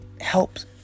helps